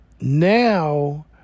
now